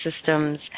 systems